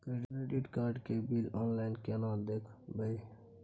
Credit card के bill online केना देखबय?